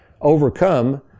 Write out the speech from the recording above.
overcome